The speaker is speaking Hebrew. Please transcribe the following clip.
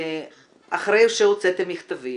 אחרי שהוצאתם מכתבים,